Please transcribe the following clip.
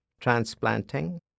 transplanting